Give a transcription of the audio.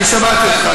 אני שמעתי אותך,